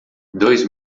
dois